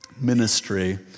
ministry